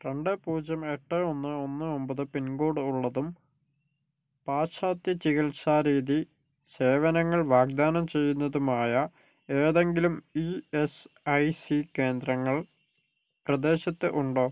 രണ്ട് പൂജ്യം എട്ട് ഒന്ന് ഒന്ന് ഒമ്പത് പിൻകോഡുള്ളതും പാശ്ചാത്യ ചികിത്സാരീതി സേവനങ്ങൾ വാഗ്ദാനം ചെയ്യുന്നതുമായ ഏതെങ്കിലും ഈ എസ്സ് ഐ സി കേന്ദ്രങ്ങൾ പ്രദേശത്ത് ഉണ്ടോ